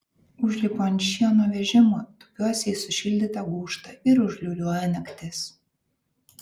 užlipu ant šieno vežimo tupiuosi į sušildytą gūžtą ir užliūliuoja naktis